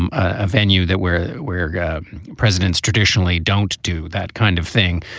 um a venue that we're where presidents traditionally don't do that kind of thing.